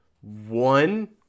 one